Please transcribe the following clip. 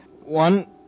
One